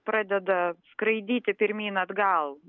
pradeda skraidyti pirmyn atgal